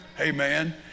amen